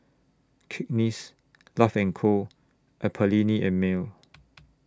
Cakenis Love and Co and Perllini and Mel